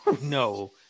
No